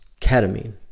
ketamine